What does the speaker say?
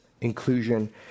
inclusion